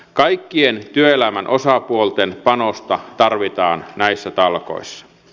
kaikkien työelämän osapuolten panosta tarvitaan näissä talkoissa